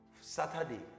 Saturday